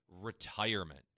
retirement